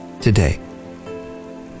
today